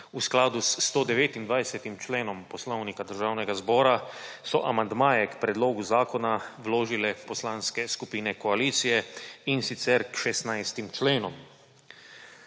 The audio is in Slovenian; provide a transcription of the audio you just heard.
V skladu s 129. členom Poslovnika Državnega zbora so amandmaje k predlogu zakona vložile poslanske skupine koalicije, in sicer k